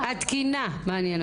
התקינה מעניינת אותי.